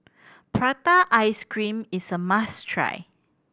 prata ice cream is a must try